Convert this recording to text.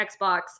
Xbox